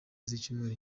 z’icyumweru